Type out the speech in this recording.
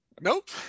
Nope